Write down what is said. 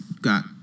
got